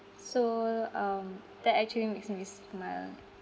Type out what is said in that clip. so um that actually makes me smile